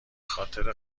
خاطر